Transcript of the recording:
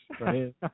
right